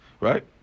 right